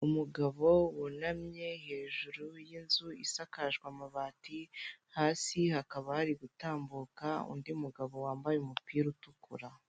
Umugabo wunamye hejuru y'inzu isakajwe amabati, hasi hakaba hari gutambuka undi mugabo wambaye umupira utukura.